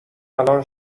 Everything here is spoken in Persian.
الان